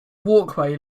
walkway